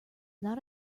not